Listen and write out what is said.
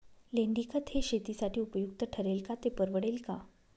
लेंडीखत हे शेतीसाठी उपयुक्त ठरेल का, ते परवडेल का?